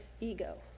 ego